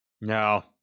no